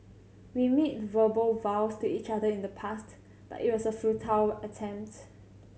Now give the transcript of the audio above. we made verbal vows to each other in the past but it was a futile attempt